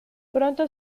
pronto